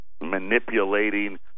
manipulating